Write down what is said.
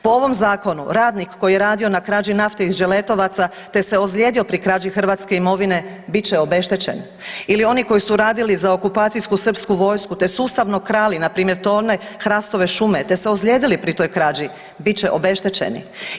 Po ovom zakonu radnik koji je radio na krađi nafte iz Đeletovaca te se ozlijedio pri krađi hrvatske imovine bit će obeštećen ili oni koji su radili za okupacijsku srpsku vojsku te sustavno krali npr. tone hrastove šume te se ozlijedili pri toj krađi bit će obeštećeni.